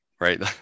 right